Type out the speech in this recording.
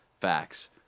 facts